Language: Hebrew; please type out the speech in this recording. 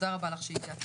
תודה רבה לך שהגעת.